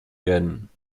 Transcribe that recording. werden